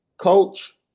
Coach